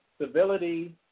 civility